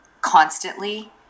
constantly